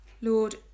Lord